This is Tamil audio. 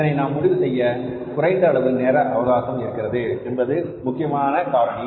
இதனை நாம் முடிவு செய்ய குறைந்த அளவு நேர அவகாசம் இருக்கிறது என்பது முக்கியமான காரணி